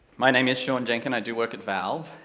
my name is sean jenkin, i do work at valve,